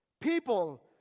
People